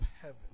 heaven